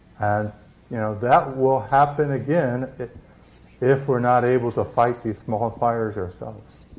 and you know that will happen again if we're not able to fight these small fires ourselves.